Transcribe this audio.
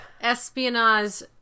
Espionage